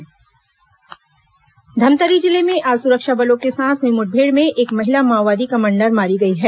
माओवादी मुठभेड़ धमतरी जिले में आज सुरक्षा बलों के साथ हुई मुठभेड़ में एक महिला माओवादी कमांडर मारी गई है